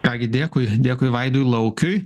ką gi dėkui dėkui vaidui laukiui